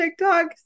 TikToks